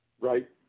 Right